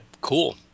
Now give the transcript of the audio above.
Cool